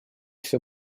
всё